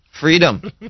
Freedom